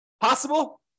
Possible